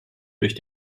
durch